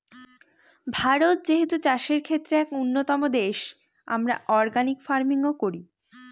ভারত যেহেতু চাষের ক্ষেত্রে এক উন্নতম দেশ, আমরা অর্গানিক ফার্মিং ও করি